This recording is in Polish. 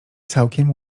całkiem